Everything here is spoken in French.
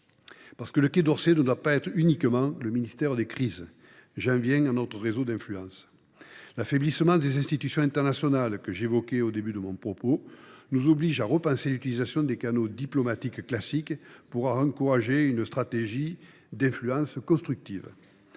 Parce que le Quai d’Orsay ne doit pas être uniquement le ministère des crises, j’en viens à notre réseau d’influence. L’affaiblissement des institutions internationales, que j’évoquais au début de mon propos, nous oblige à repenser l’utilisation des canaux diplomatiques classiques, pour encourager une stratégie d’influence constructive.